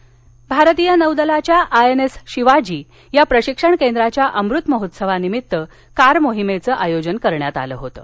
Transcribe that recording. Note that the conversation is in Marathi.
आयएनएस शिवाजी भारतीय नौदलाच्या आय एन एस शिवाजी या प्रशिक्षण केंद्राच्या अमृत महोत्सवा निमित्त कार मोहिमेचं आयोजन करण्यात आलं होतं